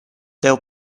deu